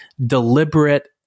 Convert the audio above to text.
deliberate